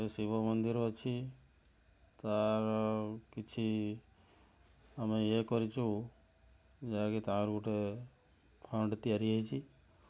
ଯେଉଁ ଶିବ ମନ୍ଦିର ଅଛି ତା'ର କିଛି ଆମେ ଇଏ କରିଛୁ ଯାହାକି ତା'ର ଗୋଟେ ଫଣ୍ଡ ତିଆରି ହୋଇଛି